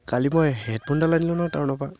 কালি মই হেডফোন এডাল আনিলোঁ নহয় টাউনৰপৰা